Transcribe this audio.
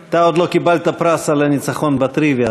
אתה עוד לא קיבלת פרס על הניצחון בטריוויה,